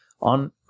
on